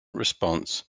response